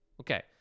Okay